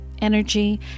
energy